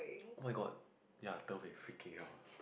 oh-my-god ya third wave freaking out one